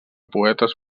poetes